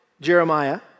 Jeremiah